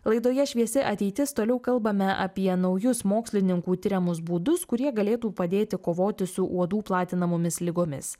laidoje šviesi ateitis toliau kalbame apie naujus mokslininkų tiriamus būdus kurie galėtų padėti kovoti su uodų platinamomis ligomis